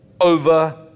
over